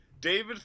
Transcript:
David